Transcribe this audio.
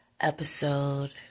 episode